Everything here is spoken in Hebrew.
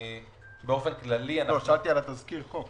לא, שאלתי על תזכיר החוק